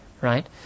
right